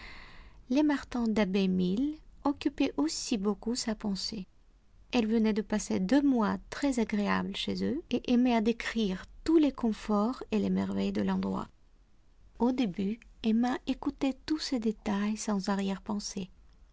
les martin d'abbey mill occupaient aussi beaucoup sa pensée elle venait de passer deux mois très agréables chez eux et aimait à décrire tous les conforts et les merveilles de l'endroit au début emma écoutait tous ces détails sans arrière-pensée